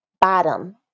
bottom